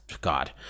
God